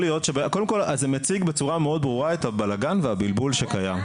קודם כל זה מציג בצורה מאוד ברורה את הבלגן והבלבול שקיים.